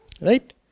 Right